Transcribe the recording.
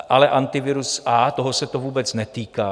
Ale Antivirus A, toho se to vůbec netýká.